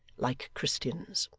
like christians